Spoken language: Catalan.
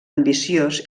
ambiciós